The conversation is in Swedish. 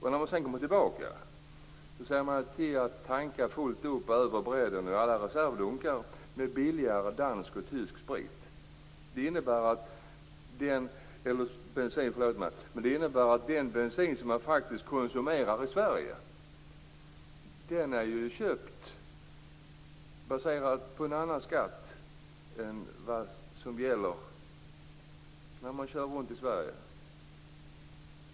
När de sedan kommer tillbaka till Sverige ser de till att tanka bilen och alla reservdunkar fulla med billigare dansk och tysk bensin. Men det innebär att den bensin som de faktiskt konsumerar i Sverige har de betalat skatt för i Danmark eller Tyskland.